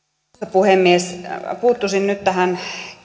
puhemies puuttuisin nyt tähän